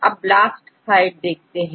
अब BLAST side देखते हैं